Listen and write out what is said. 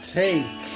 take